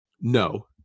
no